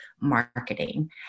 marketing